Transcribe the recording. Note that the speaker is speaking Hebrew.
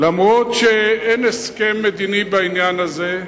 אומנם אין הסכם מדיני בעניין הזה,